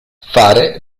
fare